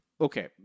okay